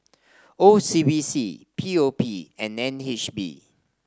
O C B C P O P and N H B